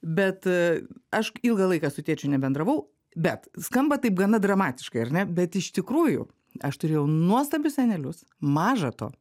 bet aš ilgą laiką su tėčiu nebendravau bet skamba taip gana dramatiškai ar ne bet iš tikrųjų aš turėjau nuostabius senelius maža to